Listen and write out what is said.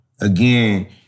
again